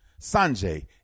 Sanjay